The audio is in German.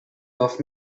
darf